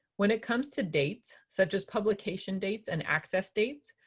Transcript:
when it comes to dates such as publication dates and access dates,